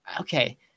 okay